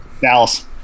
Dallas